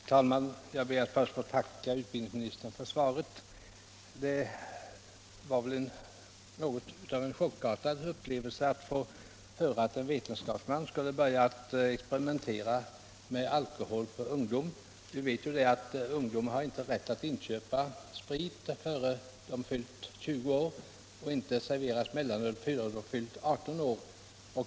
Herr talman! Jag ber först att få tacka utbildningsministern för svaret. Det var något av en chockartad upplevelse att få höra att en vetenskapsman skulle börja experimentera med alkohol på ungdom. Vi vet att ungdomar inte har rätt att inköpa sprit innan de fyllt 20 år och inte får serveras mellanöl innan de fyllt 18 år.